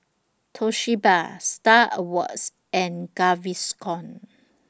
Toshiba STAR Awards and Gaviscon